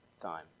Time